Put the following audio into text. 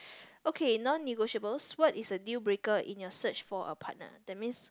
okay non negotiables what is a deal breaker in your search for a partner that means